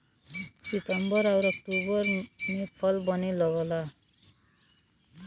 सितंबर आउर अक्टूबर में फल बने लगला